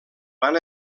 van